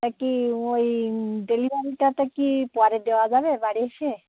এটা কি ওই ডেলিভারিটা কি পরে দেওয়া যাবে বাড়ি এসে